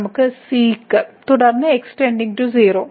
നമുക്ക് sec തുടർന്ന് x → 0 ഈ sec x 1 ആണ്